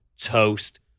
toast